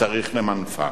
צריך למנפה.